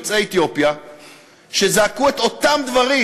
יוצאי אתיופיה שזעקו את אותם דברים.